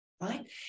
right